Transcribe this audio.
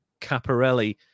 Caparelli